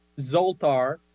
zoltar